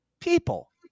people